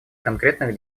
конкретных